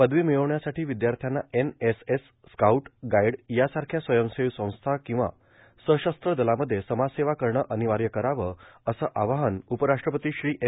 पदवी र्मिळवण्यासाठी र्विदयाथ्याना एनएसएस स्काऊट आर्मिण गाईड यासारख्या स्वयंसेवी संस्था कंवा सशस्त्र दलामध्ये समाजसेवा करणे र्आनवाय करावं असं आवाहन उपराष्ट्रपती श्री एम